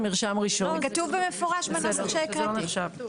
זה כתוב במפורש בנוסח שהקראתי.